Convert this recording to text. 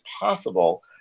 possible